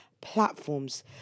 platforms